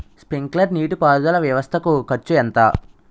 Sprinkler నీటిపారుదల వ్వవస్థ కు ఖర్చు ఎంత?